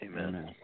Amen